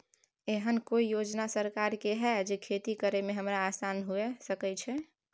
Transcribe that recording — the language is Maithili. एहन कौय योजना सरकार के है जै खेती करे में हमरा आसान हुए सके छै?